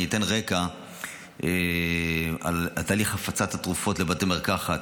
אני אתן רקע על תהליך הפצת התרופות לבתי מרקחת.